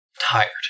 tired